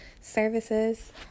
services